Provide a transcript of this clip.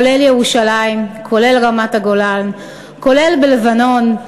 כולל ירושלים, כולל רמת-הגולן, כולל בלבנון.